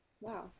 Wow